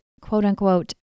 quote-unquote